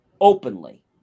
openly